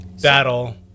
battle